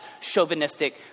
chauvinistic